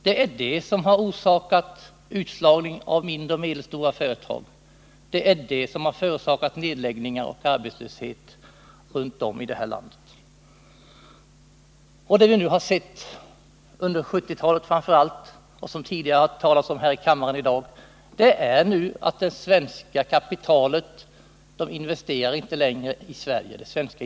Det är det som har orsakat utslagningen av mindre och medelstora företag. Det är det som har orsakat nedläggningar och arbetslöshet runt om i detta land. Och det vi nu sett framför allt under 1970-talet och som det talats om här i kammaren tidigare i dag är att det svenska industrikapitalet inte längre investeras i Sverige.